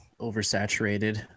oversaturated